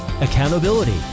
accountability